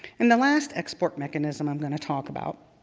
and the last export mechanism i'm going to talk about